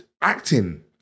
acting